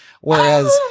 Whereas